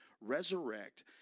resurrect